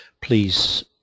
please